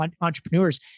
entrepreneurs